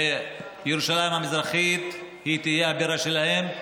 וירושלים המזרחית תהיה הבירה שלהם.